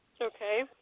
Okay